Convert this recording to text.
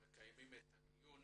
מקיימים את הדיון